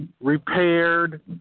repaired